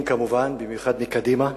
והאיכותיים כמובן, במיוחד מקדימה,